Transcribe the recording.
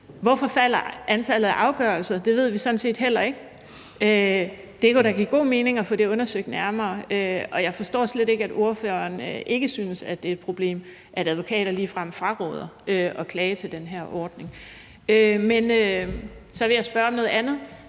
Hvorfor falder antallet af afgørelser? Det ved vi sådan set heller ikke. Det kunne da give god mening at få det undersøgt nærmere, og jeg forstår slet ikke, at ordføreren ikke synes, at det er et problem, at advokater ligefrem fraråder at klage til den her ordning. Men så vil jeg spørge om noget andet,